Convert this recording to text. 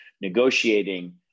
negotiating